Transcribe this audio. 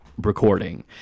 recording